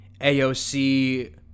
AOC